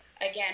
again